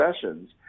sessions